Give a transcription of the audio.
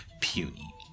Puny